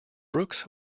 brooks